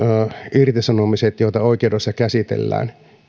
irtisanomisia joita oikeudessa käsitellään